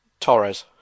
Torres